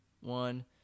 one